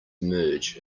merge